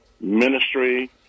ministry